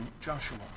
Joshua